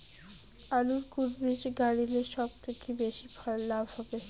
আলুর কুন বীজ গারিলে সব থাকি বেশি লাভ হবে?